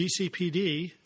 GCPD